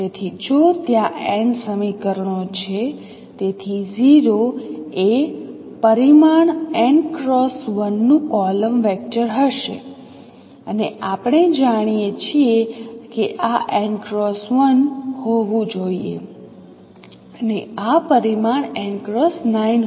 તેથી જો ત્યાં n સમીકરણો છે તેથી 0 એ પરિમાણ n X 1 નું કોલમ વેક્ટર હશે અને આપણે જાણીએ છીએ કે આ 9 X 1 હોવું જોઈએ અને આ પરિમાણ n X 9